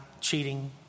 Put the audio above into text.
cheating